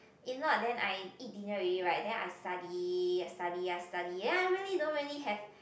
if not then I eat dinner already right then I study I study I study then I really don't really have